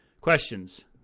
Questions